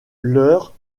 leurre